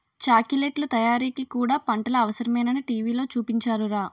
చాకిలెట్లు తయారీకి కూడా పంటలు అవసరమేనని టీ.వి లో చూపించారురా